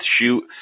shoot